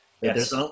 Yes